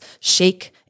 shake